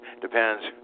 depends